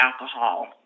alcohol